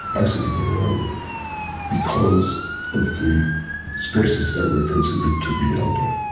basically got away with it because of the stresses they were considered to be under.